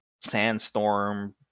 Sandstorm